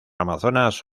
amazonas